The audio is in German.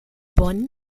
bonn